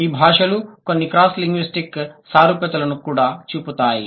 ఈ భాషలు కొన్ని క్రాస్ లింగ్విస్టిక్ సారూప్యతలను కూడా చూపుతాయి